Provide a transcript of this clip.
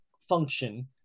function